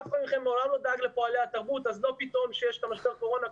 אף אחד מכם מעולם לא דאג לפועלי התרבות ופתאום כשיש משבר קורונה,